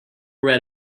red